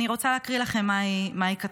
אני רוצה להקריא לכם מה היא כתבה: